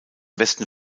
westen